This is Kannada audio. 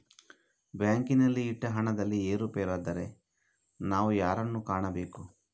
ಬ್ಯಾಂಕಿನಲ್ಲಿ ಇಟ್ಟ ಹಣದಲ್ಲಿ ಏರುಪೇರಾದರೆ ನಾವು ಯಾರನ್ನು ಕಾಣಬೇಕು?